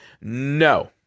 No